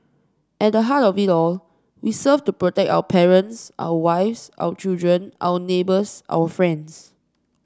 at the heart of it all we serve to protect our parents our wives our children our neighbours our friends